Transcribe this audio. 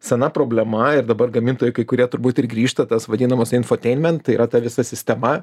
sena problema ir dabar gamintojai kai kurie turbūt ir grįžta tas vadinamas infoteinment tai yra ta visa sistema